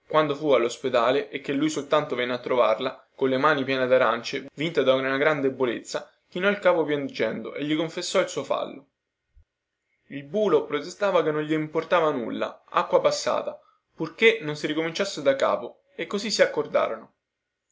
quando fu allospedale e che lui soltanto venne a trovarla colle mani piene darance vinta da una gran debolezza chinò il capo piangendo e gli confessò il suo fallo il bulo protestava che non gliene importava nulla acqua passata purchè non si ricominciasse da capo e così si accordarono